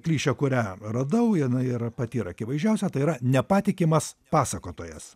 klišė kurią radau jinai ir pati ir akivaizdžiausia tai yra nepatikimas pasakotojas